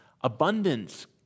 Abundance